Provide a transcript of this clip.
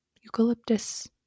eucalyptus